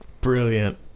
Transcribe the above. Brilliant